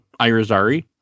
Irazari